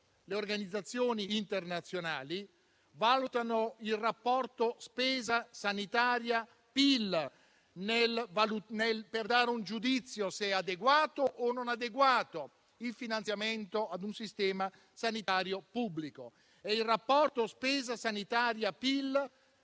le organizzazioni internazionali valutano il rapporto spesa sanitaria-PIL per dare un giudizio se sia adeguato o meno il finanziamento a un sistema sanitario pubblico. E il rapporto spesa sanitaria-PIL,